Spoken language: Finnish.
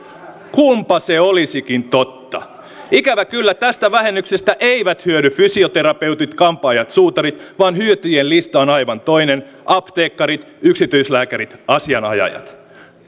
kunpa se olisikin totta ikävä kyllä tästä vähennyksestä eivät hyödy fysioterapeutit kampaajat suutarit vaan hyötyjien lista on aivan toinen apteekkarit yksityislääkärit asianajajat